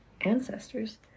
ancestors